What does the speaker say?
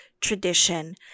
tradition